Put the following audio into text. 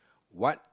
what